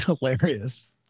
hilarious